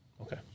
okay